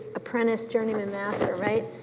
apprentice, journeyman, master, right,